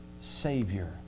Savior